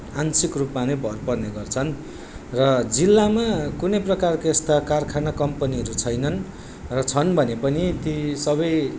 आंशिक रुपमा नै भर पर्ने गर्छन् र जिल्लामा कुनै प्रकारको यस्ता कारखाना कम्पनीहरू छैनन् र छन् भने पनि ती सबै